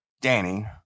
Danny